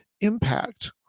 impact